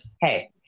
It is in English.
hey